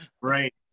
Right